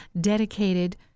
dedicated